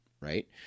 right